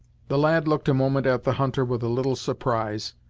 the lad looked a moment at the hunter with a little surprise.